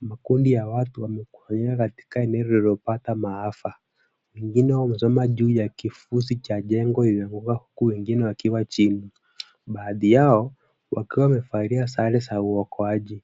Makundi ya watu wamekusanyika katika eneo lililopata maafa. Wengine wamesimama juu ya kifusi cha jengo lililoanguka huku wengine wakiwa chini, baadhi yao wakiwa wamevalia sare za uokoaji.